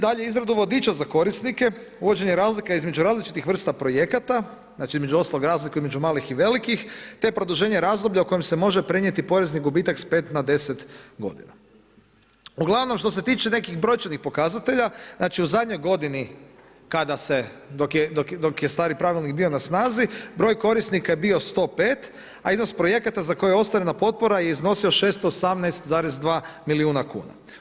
Dalje, izradu vodiča za korisnike, uvođenje razlika, između različitih vrsta projekata, između ostalog razliku između malih i velikih i produženje razdoblja u kojem se može prenijeti porezni gubitak s 5 na 10 g. Ugl. što se tiče nekih brojčanih pokazatelja, u zadnjoj godini, kada se, dok je stari pravilnik bio na snazi, broj korisnika je bio 105 a iznos projekata za koje je ostvarena potpora je iznosio 618,2 milijuna kuna.